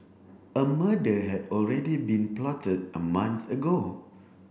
a murder had already been plotted a month ago